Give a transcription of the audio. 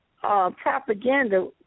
propaganda